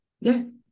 yes